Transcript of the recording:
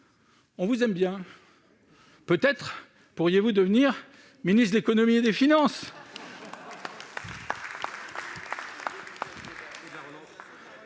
on vous aime bien ! Peut-être pourriez-vous devenir ministre de l'économie et des finances